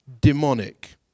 demonic